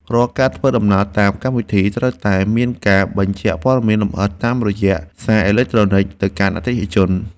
រាល់ការធ្វើដំណើរតាមកម្មវិធីត្រូវតែមានការបញ្ជាក់ព័ត៌មានលម្អិតតាមរយៈសារអេឡិចត្រូនិកទៅកាន់អតិថិជន។